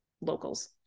locals